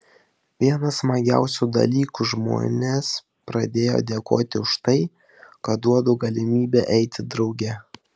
vienas smagiausių dalykų žmonės pradėjo dėkoti už tai kad duodu galimybę eiti drauge